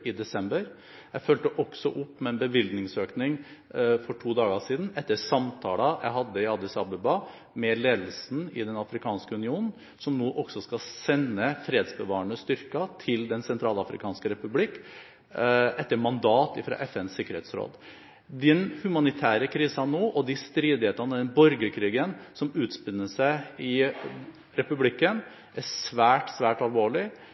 i desember. Jeg fulgte også opp med en bevilgningsøkning for to dager siden etter samtaler jeg hadde i Addis Abeba med ledelsen i Den afrikanske union, som nå også skal sende fredsbevarende styrker til Den sentralafrikanske republikk etter mandat fra FNs sikkerhetsråd. Den humanitære krisen og de stridighetene, den borgerkrigen, som nå utspiller seg i republikken, er svært alvorlig.